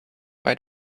why